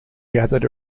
gathered